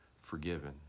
forgiven